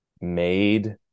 made